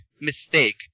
mistake